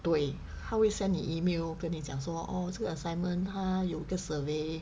对他会 send 你 email 跟你讲说哦这个 assignment 他有一个 survey